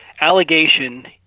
allegation